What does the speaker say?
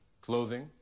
clothing